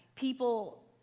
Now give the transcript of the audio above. People